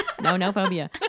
No-no-phobia